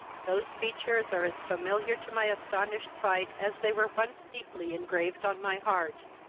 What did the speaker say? those features are as familiar to my astonished sight as they were once deeply engraved on my heart.